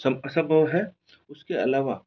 सब असम्भव है उसके अलावा